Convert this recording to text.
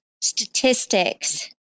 statistics